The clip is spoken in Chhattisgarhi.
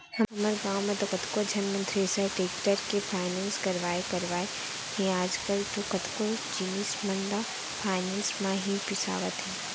हमर गॉंव म तो कतको झन मन थेरेसर, टेक्टर के फायनेंस करवाय करवाय हे आजकल तो कतको जिनिस मन ल फायनेंस म ही बिसावत हें